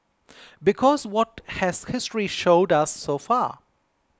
because what has history showed us so far